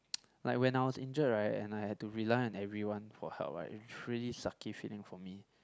like when I was injured right and I had to rely and everyone for help right it's really sucky feeling for me